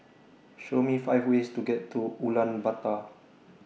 Show Me five ways to get to Ulaanbaatar